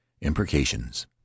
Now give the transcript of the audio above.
imprecations